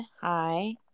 Hi